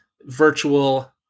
virtual